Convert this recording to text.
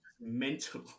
mental